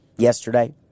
yesterday